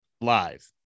live